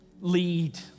lead